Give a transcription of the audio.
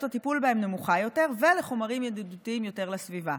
הטיפול בהם נמוכה יותר ולחומרים ידידותיים יותר לסביבה.